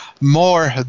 more